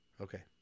Okay